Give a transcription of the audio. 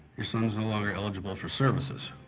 your son is no longer eligible for services.